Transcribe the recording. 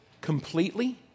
completely